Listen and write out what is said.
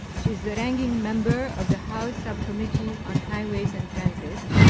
she's the ranking member of the house sub-committee on highways and transit.